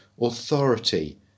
authority